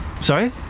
Sorry